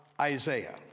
Isaiah